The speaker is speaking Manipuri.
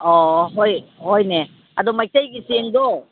ꯑꯣ ꯍꯣꯏ ꯍꯣꯏꯅꯦ ꯑꯗꯣ ꯃꯩꯇꯩꯒꯤ ꯆꯦꯡꯗꯣ